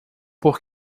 por